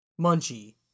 Munchie